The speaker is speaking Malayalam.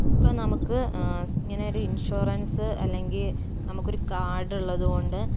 ഇപ്പോൾ നമുക്ക് ഇങ്ങനെയൊരു ഇൻഷുറൻസ് അല്ലെങ്കിൽ നമുക്കൊരു കാർഡ് ഉള്ളതുകൊണ്ട്